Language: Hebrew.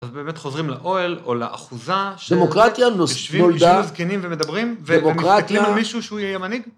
אז באמת חוזרים לאוהל או לאחוזה ש.... דמוקרטיה נוס... נולדה. יושבים, יושבים הזקנים ומדברים? דמוקרטיה... ומסתכלים על מישהו שהוא יהיה מנהיג?